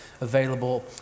available